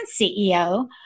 CEO